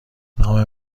نام